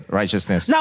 righteousness